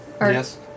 Yes